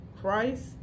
Christ